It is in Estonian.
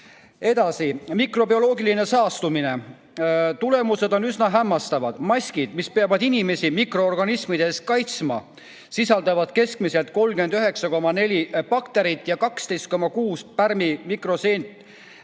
Edasi, mikrobioloogiline saastumine. Tulemused on üsna hämmastavad. Maskid, mis peavad inimesi mikroorganismide eest kaitsma, sisaldavad keskmiselt 39,4 bakterit ja 12,6 pärmimikroseent